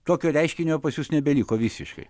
tokio reiškinio pas jus nebeliko visiškai